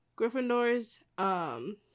gryffindors